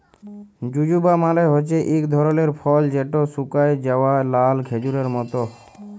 জুজুবা মালে হছে ইক ধরলের ফল যেট শুকাঁয় যাউয়া লাল খেজুরের মত